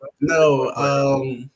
no